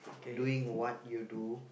doing what you do